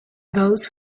those